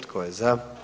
Tko je za?